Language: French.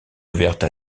ouverte